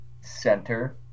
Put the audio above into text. center